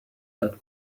that